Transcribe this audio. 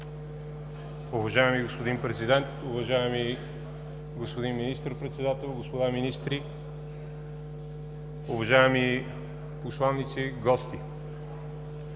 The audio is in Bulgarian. Уважаеми господин Президент, уважаеми господин Министър-председател, господа министри, уважаеми посланици, гости!